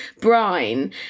brine